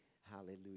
hallelujah